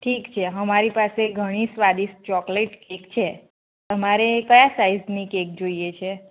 ઠીક છે હમારી પાસે ઘણી સ્વાદીસ્ટ ચોકલેટ કેક છે તમારે કયા સાઇઝની કેક જોઈએ છે